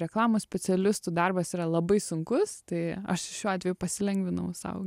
reklamos specialistų darbas yra labai sunkus tai aš šiuo atveju pasilengvinau sau